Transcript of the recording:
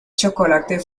chocolate